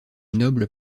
noble